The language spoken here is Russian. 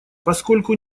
поскольку